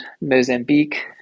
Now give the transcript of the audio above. Mozambique